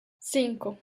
cinco